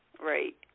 right